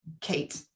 Kate